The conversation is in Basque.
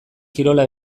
kirola